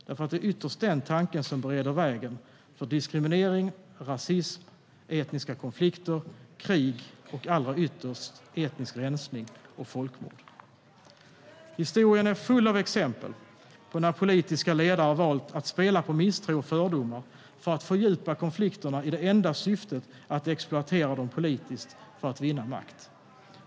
Det är ytterst den tanken som bereder vägen för diskriminering, rasism, etniska konflikter, krig och allra ytterst etnisk rensning och folkmord. Historien är full av exempel på när politiska ledare har valt att spela på misstro och fördomar för att fördjupa konflikterna i det enda syftet att exploatera dem politiskt för att vinna makt.